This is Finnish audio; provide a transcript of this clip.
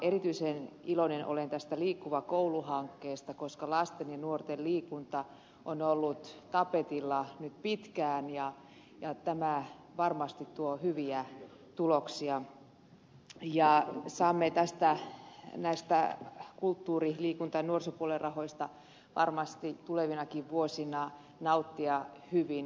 erityisen iloinen olen tästä liikkuva koulu hankkeesta koska lasten ja nuorten liikunta on ollut tapetilla nyt pitkään ja tämä varmasti tuo hyviä tuloksia ja saamme näistä kulttuuri liikunta ja nuorisopuolen rahoista varmasti tulevinakin vuosina nauttia hyvin